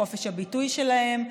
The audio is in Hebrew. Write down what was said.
בחופש הביטוי שלהם,